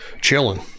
chilling